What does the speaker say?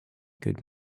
good